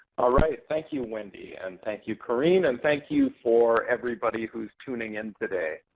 all right. thank you, wendy, and thank you, karene. and thank you for everybody who's tuning in today.